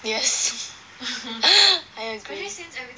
yes I agree